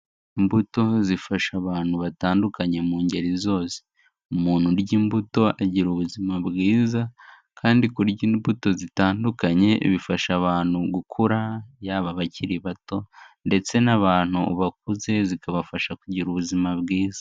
Imbuto zifasha abantu batandukanye mu ngeri zose, umuntu urya imbuto agira ubuzima bwiza, kandi kurya imbuto zitandukanye bifasha abantu gukura, yaba abakiri bato ndetse n'abantu bakuze zikabafasha kugira ubuzima bwiza.